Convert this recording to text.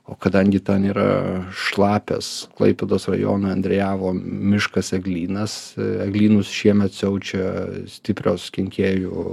o kadangi ten yra šlapias klaipėdos rajono endriejavo miškas eglynas eglynus šiemet siaučia stiprios kenkėjų